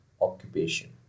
occupation